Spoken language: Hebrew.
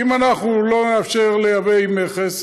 ואם אנחנו לא נאפשר לייבא עם מכס,